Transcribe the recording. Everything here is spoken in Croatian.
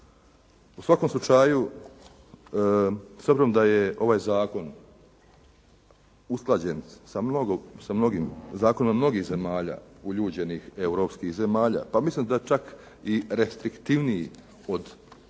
U svakom slučaju, s obzirom da je ovaj zakon usklađen sa zakonom mnogih zemalja uljuđenih europskih zemalja, pa mislim da je čak i restriktivniji od zakona